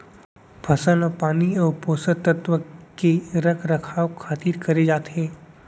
फसल म पानी अउ पोसक तत्व के रख रखाव खातिर करे जाथे